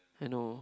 N_O